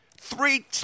three